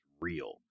real